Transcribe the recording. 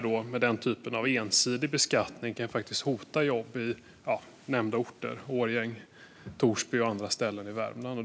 Denna typ av ensidig beskattning kan faktiskt hota jobb i nämnda orter - Årjäng, Torsby och andra ställen i Värmland.